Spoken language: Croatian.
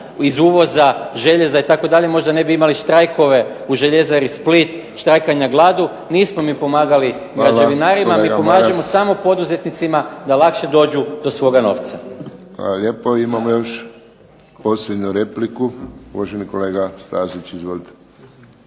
iz uvoza željeza itd., možda ne bi imali štrajkove u "Željezari Split", štrajkanja glađu. Nismo mi pomagali građevinarima, mi pomažemo samo poduzetnicima da lakše dođu do svoga novca. **Friščić, Josip (HSS)** Hvala lijepo, imamo još posljednju repliku, uvaženi kolega Stazić izvolite.